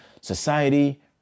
society